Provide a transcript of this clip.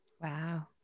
Wow